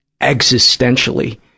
existentially